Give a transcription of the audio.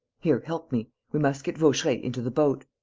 here, help me. we must get vaucheray into the boat.